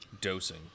dosing